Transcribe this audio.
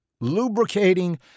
lubricating